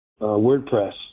WordPress